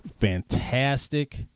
fantastic